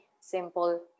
simple